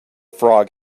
frog